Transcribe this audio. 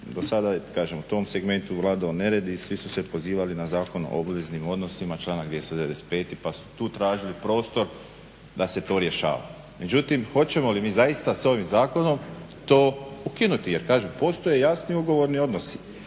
do sada, kažem u tom segmentu vladao nered i svi su se pozivali na Zakon o obveznim odnosima članak 295. pa su tu tražili prostor da se to rješava. Međutim, hoćemo li mi zaista s ovim zakonom to ukinuti? Jer kažem postoje jasni ugovorni odnosi.